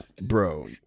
bro